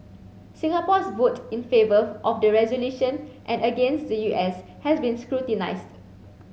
Singapore's vote in favour of the resolution and against the U S has been scrutinised